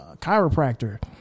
chiropractor